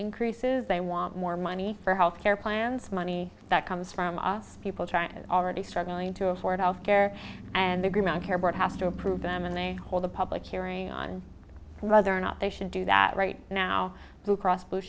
increases they want more money for health care plans money that comes from us people trying to already struggling to afford health care and the ground care board has to approve them and they hold a public hearing on whether or not they should do that right now blue cross blue